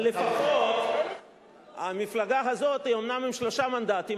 אבל לפחות המפלגה הזאת היא אומנם עם שלושה מנדטים,